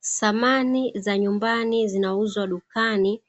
Samani za nyumbani zinauzwa dukani